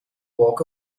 walk